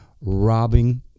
robbing